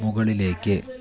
മുകളിലേക്ക്